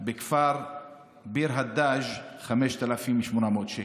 בכפר ביר הדאג' 5,800 שקל.